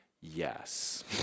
yes